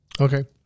Okay